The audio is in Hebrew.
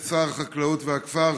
שר החקלאות ופיתוח הכפר,